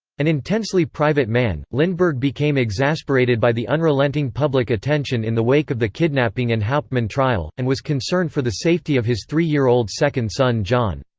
an intensely private man, lindbergh became exasperated by the unrelenting public attention in the wake of the kidnapping and hauptmann trial, and was concerned for the safety of his three-year-old second son jon.